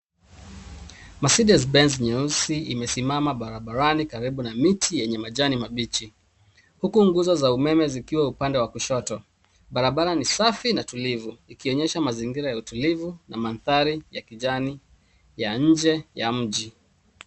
Mercedes Benz nyeusi imesimama barabarani karibu na miti yenye majani mabichi huku nguzo za umeme zikiwa upande wa kushoto. Barabara ni safi na tulivu ikionyesha mazingira ya utulivu na mandhari ya kijani ya nje ya mji.